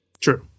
True